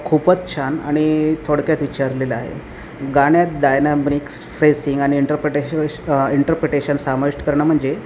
खूपच छान आणि थोडक्यात विचारलेलं आहे गाण्यात डायनॅमिक्स फ्रेसिंग आणि इंटरप्रटेशश इंटरप्रिटेशन सामविष्ट करणं म्हणजे